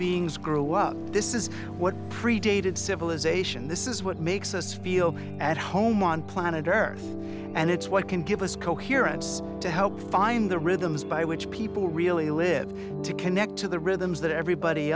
beings grew up this is what predated civilization this is what makes us feel at home on planet earth and it's what can give us coherence to help find the rhythms by which people really live to connect to the rhythms that everybody